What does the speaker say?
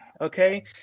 okay